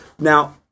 Now